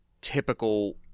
typical